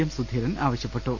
M Sudheeran ആവശ്യപ്പെട്ടു